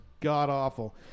god-awful